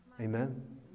Amen